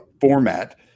format